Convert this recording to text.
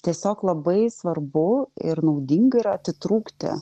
tiesiog labai svarbu ir naudinga yra atitrūkti